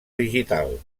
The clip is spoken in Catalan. digital